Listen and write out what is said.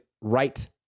right